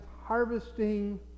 harvesting